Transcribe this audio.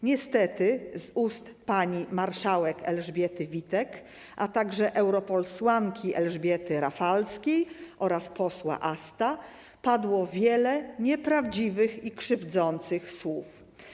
Niestety z ust pani marszałek Elżbiety Witek, a także europosłanki Elżbiety Rafalskiej oraz posła Asta padło wiele nieprawdziwych i krzywdzących słów.